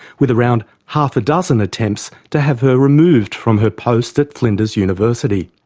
with around half a dozen attempts to have her removed from her post at flinders university.